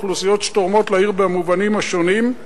אוכלוסיות שתורמות לעיר במובנים השונים.